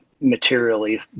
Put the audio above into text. materially